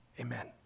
amen